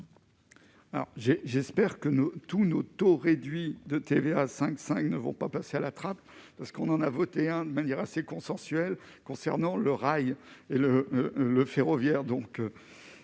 j'espère que nous tous nos taux réduit de TVA à 5 5 ne vont pas passer à la trappe parce qu'on en a voté un de manière assez consensuelle concernant le rail et le le ferroviaire,